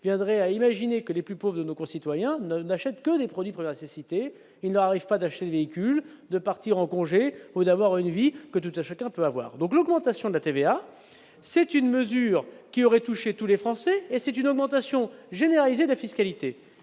viendrait à imaginer que les plus pauvres, nos concitoyens n'achète que les produits pour la cécité, il n'arrive pas d'acheter des véhicules de partir en congés ou d'avoir une vie que tout à chacun peut avoir donc l'augmentation de la TVA, c'est une mesure qui aurait touché tous les Français et c'est une augmentation généralisée de la fiscalité